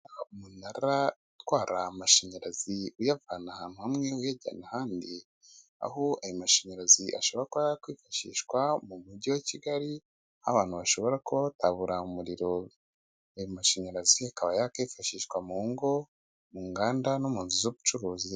Umunara utwara amashanyarazi uyavana ahantu hamwe uyajyana ahandi ,aho ayo mashanyarazi ashobora kuba ya kwifashishwa mu mujyi wa Kigali, abantu bashobora kotabura umuriro .Ayo mashanyarazi akaba yakifashishwa mu ngo ,mu nganda ,no mu nzu z'ubucuruzi.